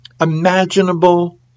imaginable